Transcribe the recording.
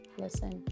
Listen